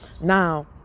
Now